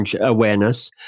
awareness